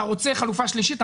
אתה רוצה חלופה שלישית?